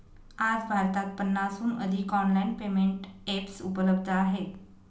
आज भारतात पन्नासहून अधिक ऑनलाइन पेमेंट एप्स उपलब्ध आहेत